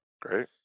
great